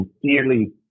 sincerely